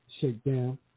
Shakedown